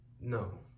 no